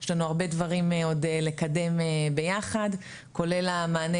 יש לנו הרבה דברים עוד לקדם ביחד כולל המענה